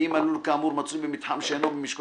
ואם הלול כאמור מצוי במתחם שאינו במשקו